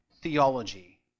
theology